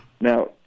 now